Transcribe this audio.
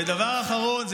ודבר אחרון,